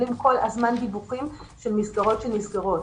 הזמן מקבלים דיווחים על מסגרות שנסגרות.